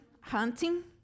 hunting